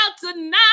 tonight